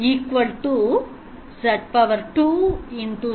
Z 3